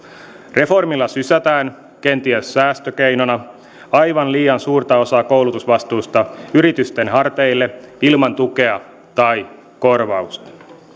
reformilla sysätään kenties säästökeinona aivan liian suurta osaa koulutusvastuusta yritysten harteille ilman tukea tai korvausta